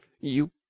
You